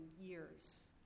years